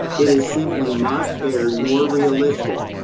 it is simply not fair, nor realistic,